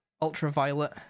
ultraviolet